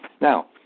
Now